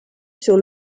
sur